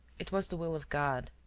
it was the will of god.